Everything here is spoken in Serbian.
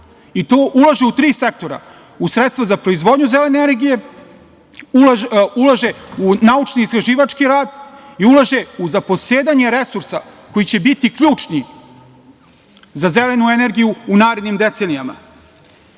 i to ulažu u tri sektora, u sredstvo za proizvodnju zelene energije, ulaže u naučno-istraživački rad i ulaže u zaposedanje resursa koji će biti ključni za zelenu energiju u narednim decenijama. Naravno,